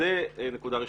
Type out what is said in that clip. זו נקודה ראשונה.